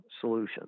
solutions